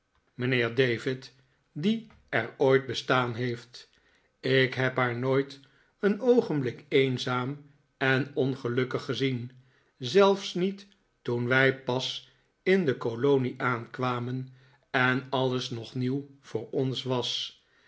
mijnheer david die er ooit bestaan heeft ik heb haar nooit een oogenblik eenzaam en ongelukkig gezien zelfs niet toen wij pas in de kolonie aankwamen en alles nog nieuw voor ons was